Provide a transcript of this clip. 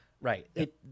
Right